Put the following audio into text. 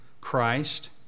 Christ